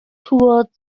toward